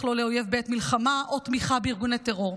לא לאויב בעת מלחמה או תמיכה בארגוני טרור.